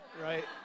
right